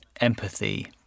empathy